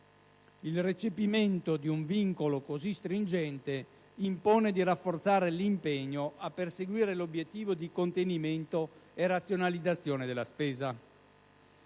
il recepimento di un vincolo così stringente impone di rafforzare l'impegno a perseguire l'obiettivo di contenimento e razionalizzazione della spesa.